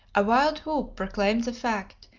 a wild whoop proclaimed the fact,